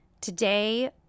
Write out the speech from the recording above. today